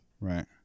Right